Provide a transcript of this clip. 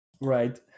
Right